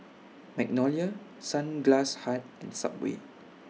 Magnolia Sunglass Hut and Subway